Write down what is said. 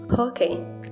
Okay